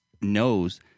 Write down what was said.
knows